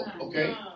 Okay